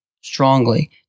strongly